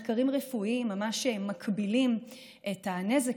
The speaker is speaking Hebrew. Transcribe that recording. מחקרים רפואיים ממש מקבילים את הנזק